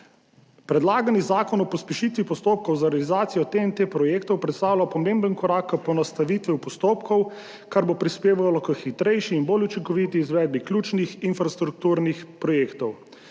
Predlagani zakon o pospešitvi postopkov za realizacijo projektov TEN-T predstavlja pomemben korak k poenostavitvi postopkov, kar bo prispevalo k hitrejši in bolj učinkoviti izvedbi ključnih infrastrukturnih projektov.